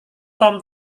tom